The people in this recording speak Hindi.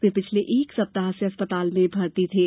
वे पिछले एक सप्ताह से अस्पताल में भर्ती थे